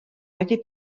wedi